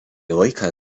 laiką